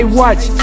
watch